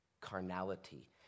carnality